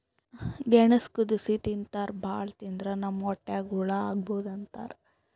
ಗೆಣಸ್ ಕುದಸಿ ತಿಂತಾರ್ ಭಾಳ್ ತಿಂದ್ರ್ ನಮ್ ಹೊಟ್ಯಾಗ್ ಹಳ್ಳಾ ಆಗಬಹುದ್ ಅಂತಾರ್